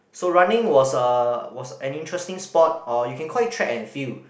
so running was a was an interesting sport or you can call it track and field